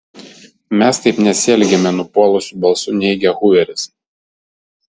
mes taip nesielgiame nupuolusiu balsu neigia huveris